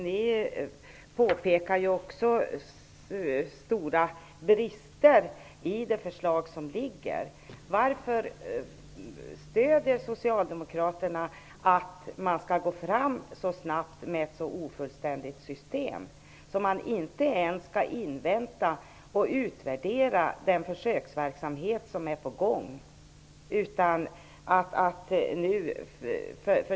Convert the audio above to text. Ni påpekar att det finns stora brister i det förslag som föreligger. Varför stöder Socialdemokraterna att man skall gå fram så snabbt med ett så ofullständigt system utan att ens invänta och utvärdera den försöksverksamhet som är på gång?